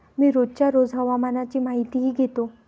मी रोजच्या रोज हवामानाची माहितीही घेतो